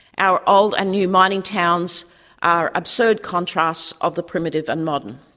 our old and new mining towns are absurd contrasts of the primitive and modern.